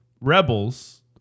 Rebels